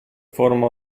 forma